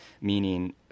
meaning